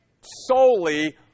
solely